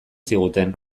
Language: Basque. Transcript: ziguten